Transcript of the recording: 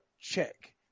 Check